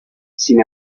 sin